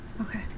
Okay